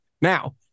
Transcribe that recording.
now